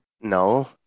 No